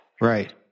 Right